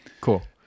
cool